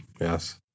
Yes